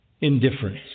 indifference